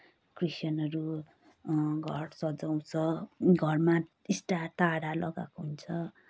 क्रिस्चियनहरू घर सजाउँछ घरमा स्टार तारा लगाएको हुन्छ